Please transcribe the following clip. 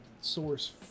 source